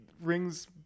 rings